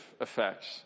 effects